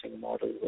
model